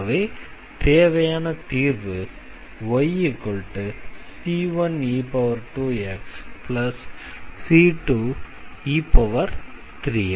ஆகவே தேவையான தீர்வு yc1e2xc2e3x